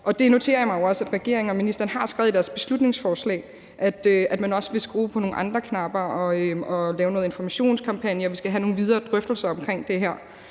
Det noterer jeg mig jo også at regeringen og ministeren har skrevet i deres beslutningsforslag, altså at man også vil skrue på nogle andre knapper og lave noget informationskampagne, og at vi skal have nogle videre drøftelser omkring det her,